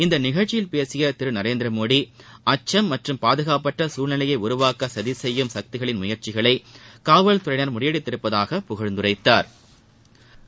இந்த நிகழ்ச்சியில் பேசிய திரு நரேந்திரமோடி அச்சம் மற்றும் பாதுகாப்பற்ற சூழ்நிலையை உருவாக்க சதி செய்யும் சக்திகளின் முயற்சிகளை காவல்துறையினா் முறியடித்திருப்பதாக புகழ்ந்துரைத்தாா்